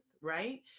right